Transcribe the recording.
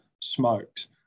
smoked